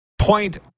Point